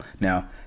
Now